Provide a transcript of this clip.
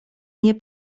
nie